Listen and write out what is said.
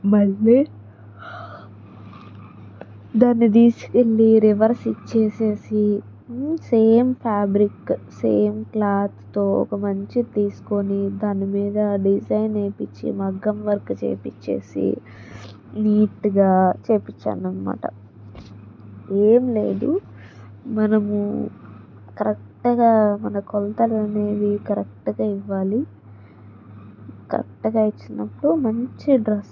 మళ్లీ దాన్ని తీసుకెళ్లి రివర్స్ ఇచ్చేసేసి సేమ్ ఫ్యాబ్రిక్ సేమ్ క్లాత్తో ఒక మంచిది తీసుకొని దానిమీద డిజైన్ వేపిచ్చి మగ్గం వర్క్ చేపించేసి నీటుగా చేపించాననమాట ఏం లేదు మనము కరెక్ట్గా మన కొలతలు అనేవి కరెక్ట్గా ఇవ్వాలి కరెక్ట్గా ఇచ్చినప్పుడు మంచి